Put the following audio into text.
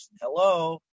Hello